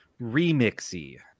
remixy